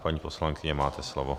Paní poslankyně, máte slovo.